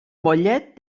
mollet